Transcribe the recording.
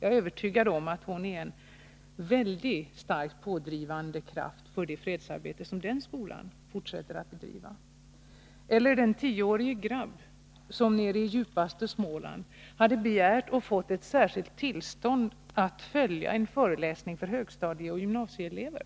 Jag är övertygad om att hon är en mycket starkt pådrivande kraft i det fredsarbete som den skolan fortsätter att bedriva. Jag minns också den tioårige grabb som nere i djupaste Småland hade begärt och fått särskilt tillstånd till att följa en föreläsning för högstadieoch gymnasieelever.